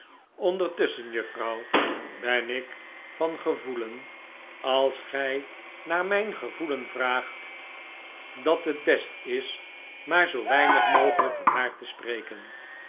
ondertusschen juffrouw ben ik van gevoelen als gij naar mijn gevoelen vraagt dat het best is maar zoo weinig mogelijk van haar te spreken